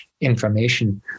information